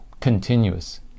continuous